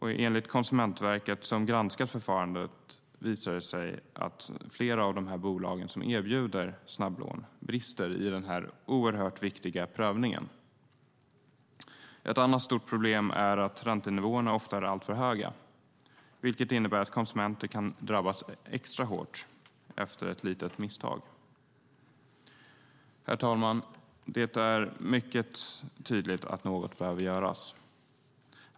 Enligt Konsumentverket som granskat förfarandet visar det sig att flera av de bolag som erbjuder snabblån brister i den oerhört viktiga prövningen. Ett annat stort problem är att räntenivåerna ofta är alltför höga, vilket innebär att konsumenter kan drabbas extra hårt efter ett litet misstag. Herr talman! Det är mycket tydligt att något måste göras.